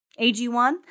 AG1